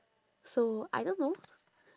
so I don't know